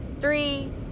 three